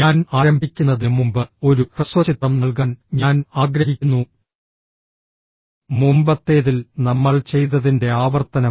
ഞാൻ ആരംഭിക്കുന്നതിന് മുമ്പ് ഒരു ഹ്രസ്വചിത്രം നൽകാൻ ഞാൻ ആഗ്രഹിക്കുന്നു മുമ്പത്തേതിൽ നമ്മൾ ചെയ്തതിന്റെ ആവർത്തനം